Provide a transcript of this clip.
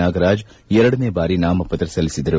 ನಾಗರಾಜ್ ಎರಡನೇ ಬಾರಿ ನಾಮಪತ್ರ ಸಲ್ಲಿಸಿದರು